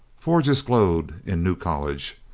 forges glowed in new college,